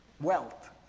wealth